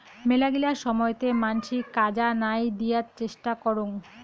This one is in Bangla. মেলাগিলা সময়তে মানসি কাজা নাই দিয়ার চেষ্টা করং